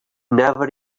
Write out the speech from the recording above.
never